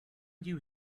you